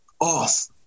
off